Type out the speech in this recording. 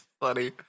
funny